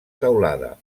teulada